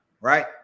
right